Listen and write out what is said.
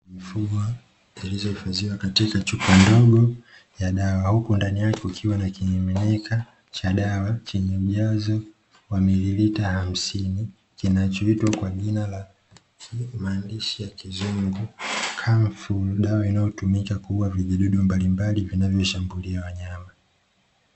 Iliyohifadhiwa katika chupa ndogo ya daa huku ndani yake kukiwa na kimiminika cha dawa chenye ujazo wa mililita hamsini, kinachowekwa kwa jina la maandishi ya kizungu kama flumethrini dawa, inayotumika kuua vijidudu mbalimbali wanaoshambulia wanyama.